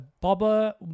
Bobber